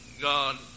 God